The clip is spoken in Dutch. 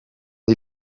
die